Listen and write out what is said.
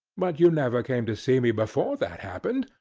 but you never came to see me before that happened.